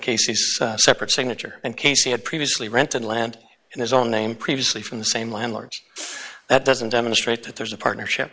casey's separate signature and casey had previously rented land in his own name previously from the same landlords that doesn't demonstrate that there's a partnership